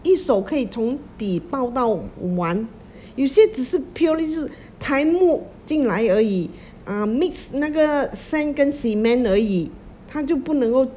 一手可以从底包到完有些只是 purely 就是抬木进来而已 uh mix 那个 sand 跟 cement 而已他就不能够